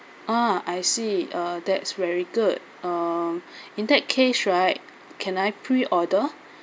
ah I see uh that's very good um in that case right can I pre order